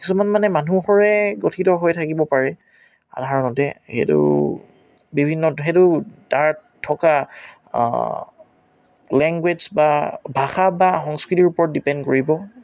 কিছুমান মানে মানুহৰে গঠিত হৈ থাকিব পাৰে সাধাৰণতে সেইটো বিভিন্ন সেইটো তাত থকা লেংগুৱেজ বা ভাষা বা সংস্কৃতিৰ ওপৰত ডিপেণ্ড কৰিব